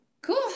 Cool